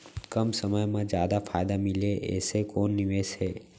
कम समय मा जादा फायदा मिलए ऐसे कोन निवेश हे?